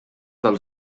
del